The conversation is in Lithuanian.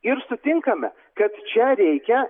ir sutinkame kad čia reikia